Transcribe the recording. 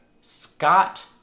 Scott